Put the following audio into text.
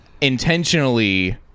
intentionally